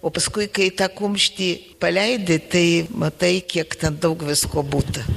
o paskui kai tą kumštį paleidi tai matai kiek ten daug visko būta